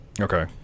Okay